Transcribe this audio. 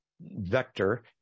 vector